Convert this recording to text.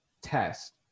test